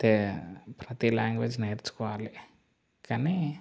అంటే ప్రతి లాంగ్వేజ్ నేర్చుకోవాలి కానీ